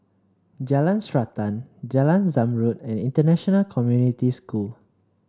Jalan Srantan Jalan Zamrud and International Community School